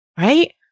right